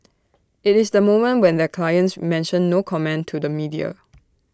IT is the moment when their clients mention no comment to the media